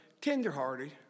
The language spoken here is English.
tenderhearted